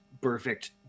perfect